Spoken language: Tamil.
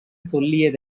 சொல்லிய